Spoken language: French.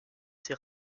ses